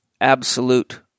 absolute